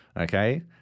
okay